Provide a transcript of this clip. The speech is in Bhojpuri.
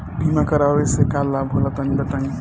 बीमा करावे से का लाभ होला तनि बताई?